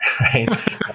right